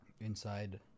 inside